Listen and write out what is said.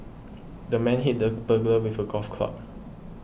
the man hit the burglar with a golf club